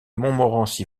montmorency